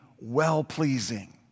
well-pleasing